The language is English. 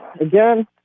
again